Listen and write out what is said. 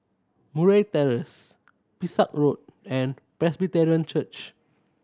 Murray Terrace Pesek Road and Presbyterian Church